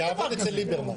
שיעבוד אצל ליברמן.